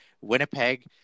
Winnipeg